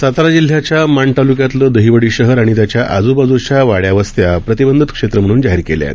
सातारा जिल्ह्याच्या माण तालुक्यातलं दहिवडी शहर आणि त्याच्या आजूबाजूच्या वाइयावस्त्या प्रतिबंधित क्षेत्र म्हणून जाहीर केल्या आहेत